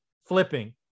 flipping